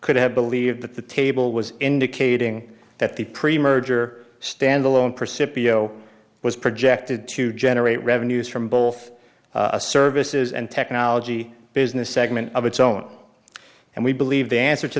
could have believed that the table was indicating that the pre merger standalone percipient show was projected to generate revenues from both a services and technology business segment of its own and we believe the answer to